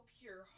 pure